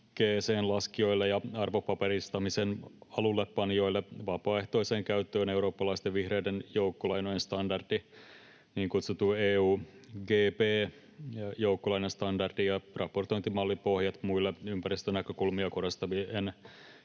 liikkeeseenlaskijoille ja arvopaperistamisen alullepanijoille vapaaehtoiseen käyttöön eurooppalaisten vihreiden joukkolainojen standardi, niin kutsuttu EuGB-joukkolainastandardi, ja raportointimallipohjat muille ympäristönäkökulmia korostavien